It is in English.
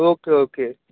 okay okay